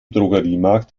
drogeriemarkt